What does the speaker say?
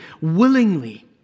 willingly